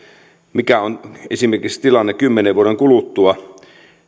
mikä on tilanne esimerkiksi kymmenen vuoden kuluttua